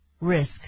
Risk